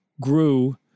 grew